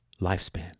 lifespan